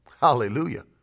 hallelujah